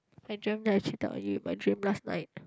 I dreamt that I cheated on you in my dream last night